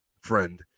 friend